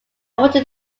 wanted